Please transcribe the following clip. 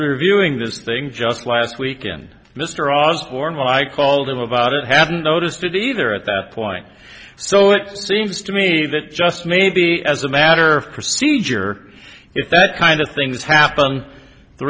reviewing this thing just last weekend mr osborne when i called him about it hadn't noticed it either at that point so it seems to me that just maybe as a matter of procedure if that kind of things happened the